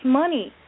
money